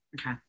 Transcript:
Okay